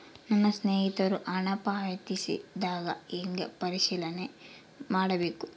ನನ್ನ ಸ್ನೇಹಿತರು ಹಣ ಪಾವತಿಸಿದಾಗ ಹೆಂಗ ಪರಿಶೇಲನೆ ಮಾಡಬೇಕು?